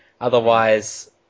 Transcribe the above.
Otherwise